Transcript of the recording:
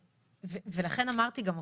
לכן אמרתי, אופיר,